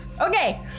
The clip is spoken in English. Okay